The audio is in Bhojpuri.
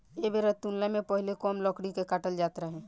ऐ बेरा तुलना मे पहीले कम लकड़ी के काटल जात रहे